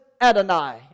Adonai